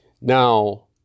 Now